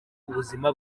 kubuzima